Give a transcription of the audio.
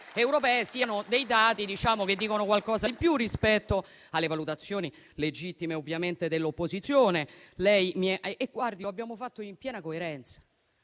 europee siano dati che dicono qualcosa di più rispetto alle valutazioni - legittime, ovviamente - dell'opposizione. E guardi che lo abbiamo fatto in piena coerenza,